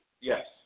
Yes